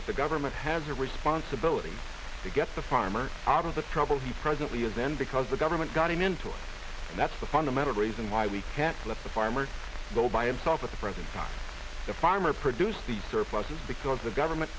that the government has a responsibility to get the farmer out of the trouble he presently is in because the government got him into it and that's the fundamental reason why we can't let the farmer go by himself at the present time the farmer produced the surpluses because the government